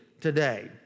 today